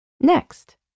Next